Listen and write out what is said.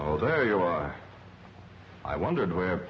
oh there you are i wondered where